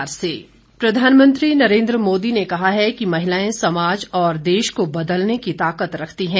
मोदी प्रधानमंत्री नरेन्द्र मोदी ने कहा है कि महिलाएं समाज और देश को बदलने की ताकत रखती हैं